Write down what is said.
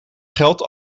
geld